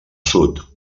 sud